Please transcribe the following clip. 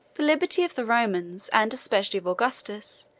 the liberality of the romans, and especially of augustus,